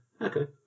Okay